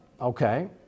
Okay